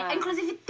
Inclusive